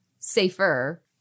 safer